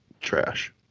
trash